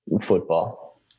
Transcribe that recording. Football